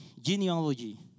genealogy